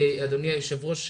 אדוני היו"ר,